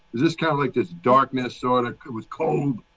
this kind of like this dark minnesota. it was cold.